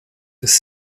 ist